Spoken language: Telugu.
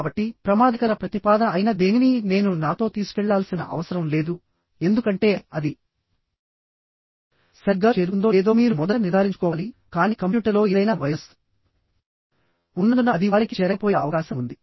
కాబట్టిప్రమాదకర ప్రతిపాదన అయిన దేనినీ నేను నాతో తీసుకెళ్లాల్సిన అవసరం లేదుఎందుకంటే అది సరిగ్గా చేరుకుందో లేదో మీరు మొదట నిర్ధారించుకోవాలికానీ కంప్యూటర్లో ఏదైనా వైరస్ ఉన్నందున అది వారికి చేరకపోయే అవకాశం ఉంది